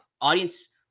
audience